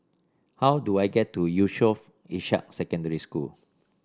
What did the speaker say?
how do I get to Yusof Ishak Secondary School